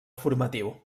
formatiu